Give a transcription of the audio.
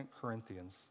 Corinthians